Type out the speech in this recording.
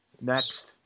Next